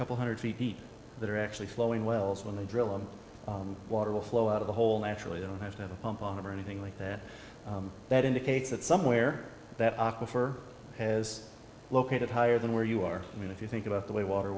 couple hundred feet that are actually flowing wells when they drill a water will flow out of the hole actually don't have to have a pump on them or anything like that that indicates that somewhere that aquifer has located higher than where you are i mean if you think about the way water